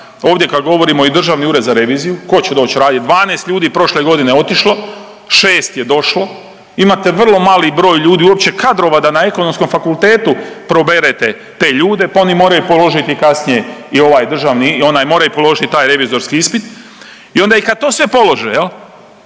ovdje kad govorimo i Državni ured za reviziju, ko će doć radit? 12 ljudi prošle godine otišlo, šest je došlo, imate vrlo mali broj ljudi uopće kadrova da na Ekonomskom fakultetu proberete te ljude pa oni moraju položiti kasnije i onaj državni, moraju položit taj revizorski ispit i onda i kad to sve polože tamo